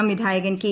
സംവിധായകൻ കെ